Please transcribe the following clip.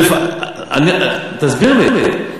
תסביר לי.